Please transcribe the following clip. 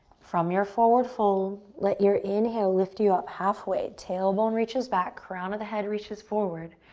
from your forward fold, let your inhale lift you up halfway. tailbone reaches back, crown of the head reaches forward.